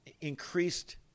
increased